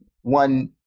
one